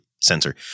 sensor